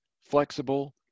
flexible